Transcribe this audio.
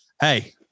Hey